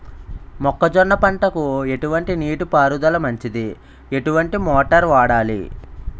మొక్కజొన్న పంటకు ఎటువంటి నీటి పారుదల మంచిది? ఎటువంటి మోటార్ వాడాలి?